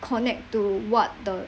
connect to what the